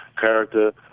character